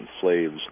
slaves